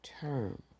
term